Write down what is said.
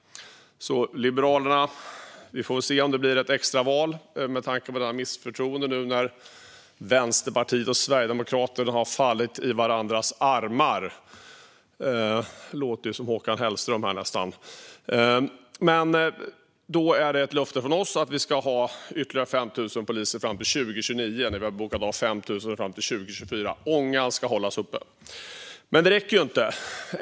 Vi får väl se om det blir ett extra val, med tanke på misstroendeförklaringen, nu när Vänsterpartiet och Sverigedemokraterna har fallit i varandras armar - det låter nästan som Håkan Hellström. Men då är det ett löfte från oss att vi ska ha ytterligare 5 000 poliser fram till 2029, när vi har bockat av 5 000 fram till 2024. Ångan ska hållas uppe. Men det räcker inte.